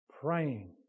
Praying